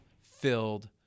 filled